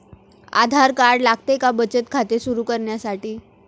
आधार card लागते का बचत खाते सुरू करण्यासाठी?